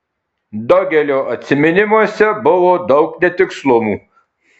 dogelio atsiminimuose buvo daug netikslumų